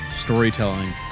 storytelling